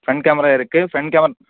front camera இருக்கு front game